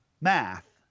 math